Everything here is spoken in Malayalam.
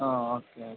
ആ ഓക്കെ